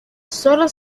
sólo